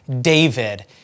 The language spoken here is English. David